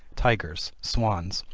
tigers, swans,